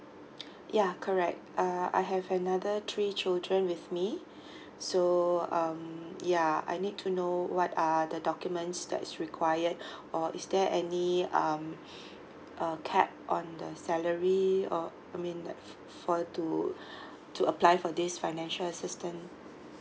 ya correct uh I have another three children with me so um ya I need to know what are the documents that's required or is there any um err cap on the salary or I mean like for to to apply for this financial assistance